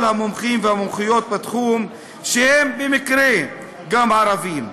המומחים והמומחיות בתחום שהם במקרה גם ערבים.